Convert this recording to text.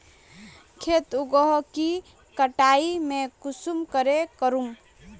खेत उगोहो के कटाई में कुंसम करे करूम?